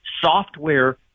software